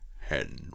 Henry